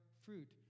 fruit